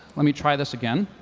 let me try this again.